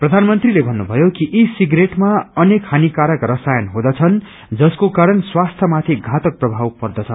प्रधानमन्त्रीले भन्नुभयो कि ई सिप्रेटमा अनेक हानिकारक रसायन हुँदछन् जसको स्वास्थ्यमाथि घातक प्रभाव पर्दछ